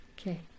okay